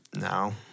No